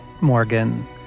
Morgan